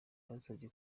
basabye